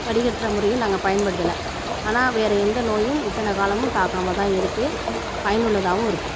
வடிகட்டுகிற முறையும் நாங்கள் பயன்படுத்தலை ஆனால் வேறு எந்த நோயும் இத்தனை காலமும் தாக்காமல் தான் இருக்குது பயனுள்ளதாகவும் இருக்குது